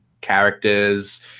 characters